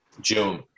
June